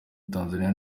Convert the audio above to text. tanzaniya